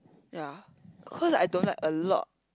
ya cause I don't like a lot